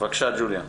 בבקשה ג'וליה.